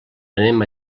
anem